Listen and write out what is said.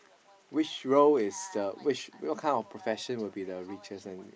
which row is the which what kind of profession will be the richest one